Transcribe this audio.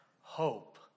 hope